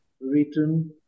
written